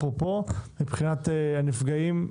אפרופו מבחינת הנפגעים,